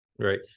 Right